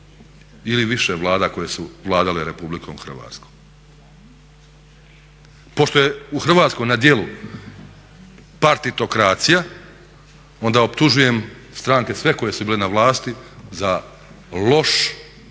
ili više Vlada koje su vladale Republikom Hrvatskom. Pošto je u Hrvatskoj na djelu partitokracija onda optužujem stranke sve koje su bile na vlasti za loš